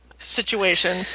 situation